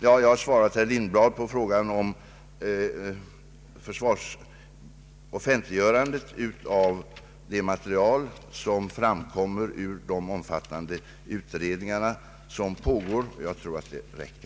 Jag har redan svarat herr Lindblad på frågan om offentliggörandet av materialet från de omfattande utredningar som pågår, och jag tror att det får räcka.